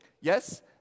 yes